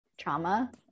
trauma